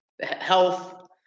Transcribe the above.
Health